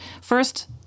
first